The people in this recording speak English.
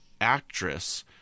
actress